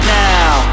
now